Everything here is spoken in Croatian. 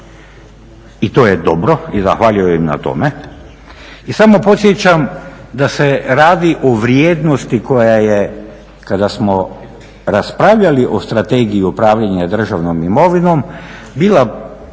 i to je dobro i zahvaljujem joj na tome. I samo podsjećam da se radi o vrijednosti koja je kada smo raspravljali o strategiji upravljanja državnom imovinom bila procijenjena